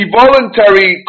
voluntary